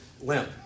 limp